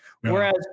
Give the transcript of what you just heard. Whereas